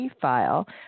file